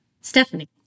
Stephanie